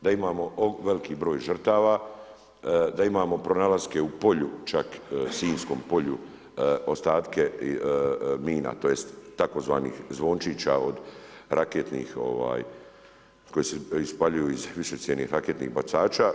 Da imamo veliki broj žrtava, da imamo pronalaske u polju, čak Sinjskom polju ostatke mina, tj. tzv. zvončića od raketnih, koji se ispaljuju iz više cijevnih aketnih bacača.